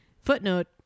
footnote